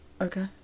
okay